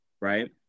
right